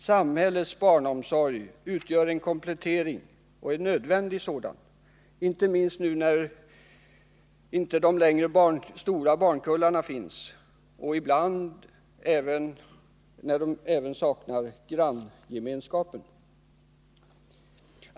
Samhällets barnomsorg utgör en komplettering, och en nödvändig sådan, inte minst nu när vi inte längre har de stora barnkullarna och ibland även saknar granngemenskapen.